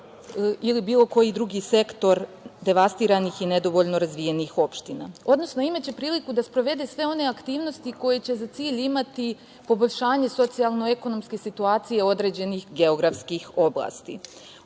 ili bilo koji drugi sektor devastiranih i nedovoljno razvijenih opština. Odnosno, imaće priliku da sprovede sve one aktivnosti koje će za cilj imati poboljšanje socijalno ekonomske situacije određenih geografskih oblasti. Ono